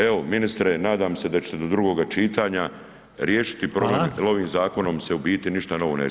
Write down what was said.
Evo ministre, nadam se da ćete do drugoga čitanja riješiti problem jer ovim zakonom se u biti ništa novo ne rješava.